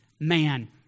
man